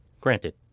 Granted